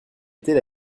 était